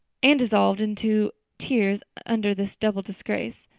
anne dissolved into tears under this double disgrace.